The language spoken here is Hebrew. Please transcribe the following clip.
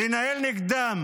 לנהל נגדם